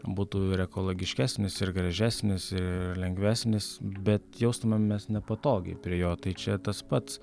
būtų ir ekologiškesnis ir gražesnis ir lengvesnis bet jaustumėmės nepatogiai prie jo tai čia tas pats